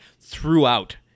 throughout